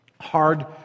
hard